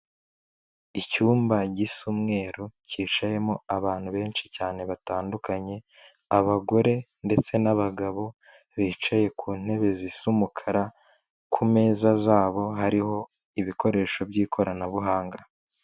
Icyumba gisa umweru cyicayemo abantu benshi cyane batandukanye, abagore ndetse n'abagabo, bicaye ku ntebe zisa umukara ku meza zabo hariho ibikoresho by'ikoranabuhanga.